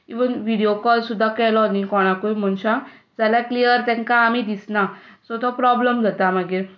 even video call सुद्दां केलो न्हय कोणाकूय मनशांक जाल्यार क्लियर तांकां आमी दिसना सो तो प्रोबल्म जाता मागीर